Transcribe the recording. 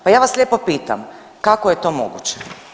Pa ja vas lijepo pitam, kako je to moguće?